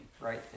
right